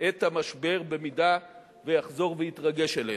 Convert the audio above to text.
את המשבר אם יחזור ויתרגש עלינו.